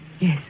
Yes